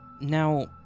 Now